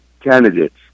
candidates